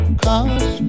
cause